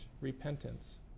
repentance